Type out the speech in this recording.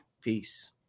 peace